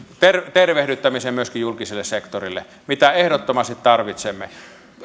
tervehdyttämisen myöskin julkiselle sektorille mitä ehdottomasti tarvitsemme